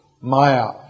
maya